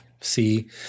see